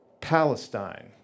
Palestine